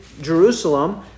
Jerusalem